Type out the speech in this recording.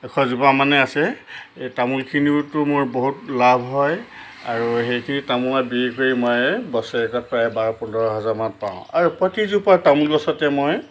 এশজোপামানেই আছে এই তামোলখিনিতো মোৰ বহুত লাভ হয় আৰু সেইখিনি তামোলত বিকি কৰি মই বছৰেকত প্ৰায় বাৰ পোন্ধৰ হেজাৰমান পাওঁ আৰু প্ৰতিজোপা তামোল গছতে মই